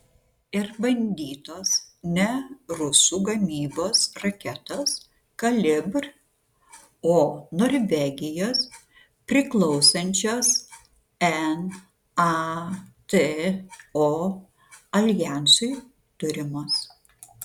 ir bandytos ne rusų gamybos raketos kalibr o norvegijos priklausančios nato aljansui turimos